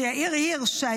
שיאיר הירש,